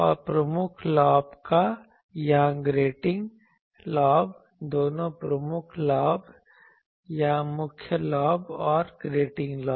और प्रमुख लॉब या ग्रेटिंग लॉब दोनों प्रमुख लॉब या मुख्य लॉब और ग्रेटिंग लॉब